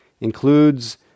includes